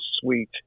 sweet